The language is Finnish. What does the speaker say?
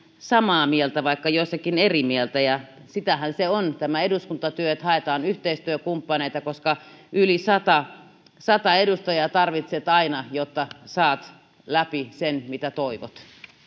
samaa mieltä vaikka joissakin eri mieltä ja sitähän se on tämä eduskuntatyö että haetaan yhteistyökumppaneita koska yli sata sata edustajaa tarvitset aina jotta saat läpi sen mitä toivot